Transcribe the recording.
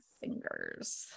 fingers